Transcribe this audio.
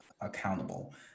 accountable